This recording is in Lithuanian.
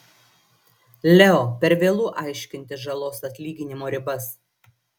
leo per vėlu aiškintis žalos atlyginimo ribas